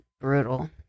brutal